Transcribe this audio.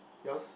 yours